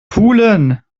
pulen